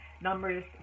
numbers